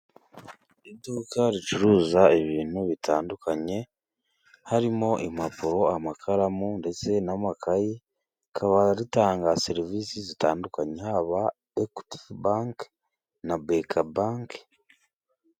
Iduka ricuruza ibintu bitandukanye harimo impapuro, amakaramu ndetse n'amakayi, rikaba ritanga serivisi zitandukanye, haba ekwiti banke na beka banke.